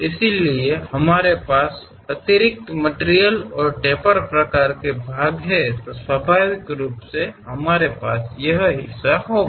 इसी तरह हमारे पास अतिरिक्त मटिरियल और टेपर प्रकार के भाग हैं तो स्वाभाविक रूप से हमारे पास यह हिस्सा होगा